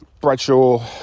Bradshaw